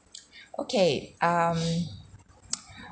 okay um